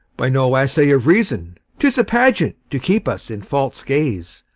by no assay of reason tis a pageant to keep us in false gaze.